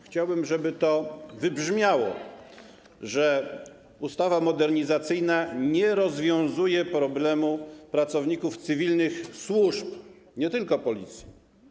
Chciałbym, żeby wybrzmiało, że ustawa modernizacyjna nie rozwiązuje problemu pracowników cywilnych służb, nie tylko Policji.